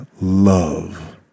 love